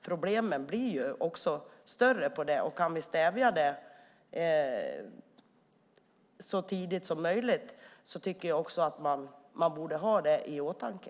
Problemen blir alltså större, och kan vi stävja dem så tidigt som möjligt tycker jag att man borde ha det i åtanke.